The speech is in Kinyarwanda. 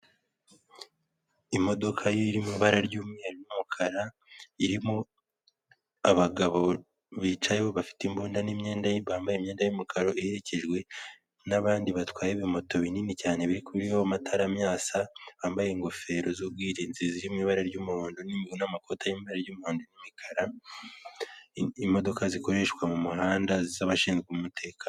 Imodoka iri mu iba ry'umweru'umukara irimo abagabo bicayeho bafite imbunda n'imyenda ye bambaye imyenda y'umukara iherekejwe nabandi batwaye ibimoto binini cyane bikuweho amataramyasa bambaye ingofero z'ubwirinzi ziririmo ibara ry'umuhondo n'ibu n'amakoti y'i ry'umuhandado n'imikara imodoka zikoreshwa mu muhanda z'abashinzwe umutekano.